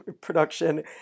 production